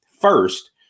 first